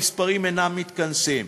המספרים אינם מתכנסים.